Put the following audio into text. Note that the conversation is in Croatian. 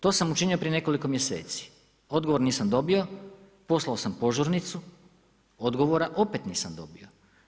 To sam učinio prije nekoliko mjeseci, odgovor nisam dobio, poslao sam požurnicu, odgovara opet nisam dobio.